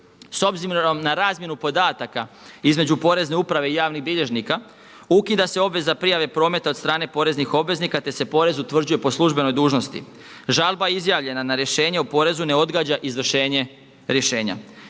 S obzirom na razmjenu podataka između Porezne uprave i javnih bilježnica ukida se obveza prijave prometa od strane poreznih obveznika, te se porez utvrđuje po službenoj dužnosti. Žalba izjavljena na rješenje o porezu ne odgađa izvršenje rješenja.